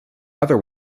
other